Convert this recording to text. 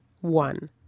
one